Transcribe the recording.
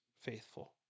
faithful